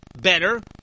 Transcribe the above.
better